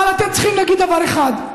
אבל אתם צריכים להגיד להם דבר אחד: